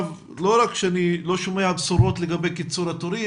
לא רק שאני לא שומע בשורות לגבי קיצור התורים,